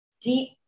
deep